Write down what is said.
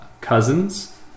cousins